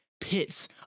pits